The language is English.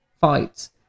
fights